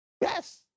Yes